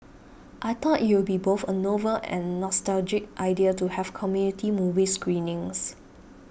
I thought it would be both a novel and nostalgic idea to have community movie screenings